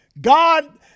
God